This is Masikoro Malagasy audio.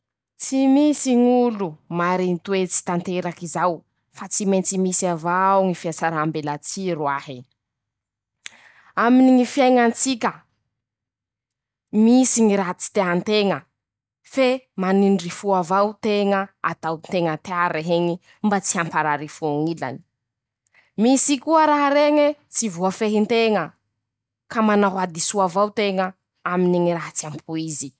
Tsy misy ñ'olo marin-toetsy tanteraky zao, fa tsy maintsy misy avao fiasarambelatsihy roahy, aminy ñy fiaiña tsika. Misy ñy raha tsy tea nteña, fe manindry fo avao teña, atao nteña tea raheñy mba tsy hamparary fo ñilany. Misy koa raha reñye tsy voa fehy nteña, ka manao hadisoa avao teña aminy ñy raha tsy ampoizy.